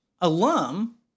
alum